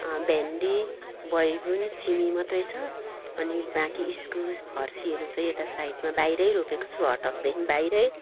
भिन्डी बैगुन सिमी मात्रै छ अनि बाँकी इस्कुस फर्सीहरू चाहिँ यता साइडमा यता बाहिरै रोपेको छु हटहाउसदेखि बाहिरै